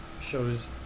shows